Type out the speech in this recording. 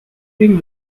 think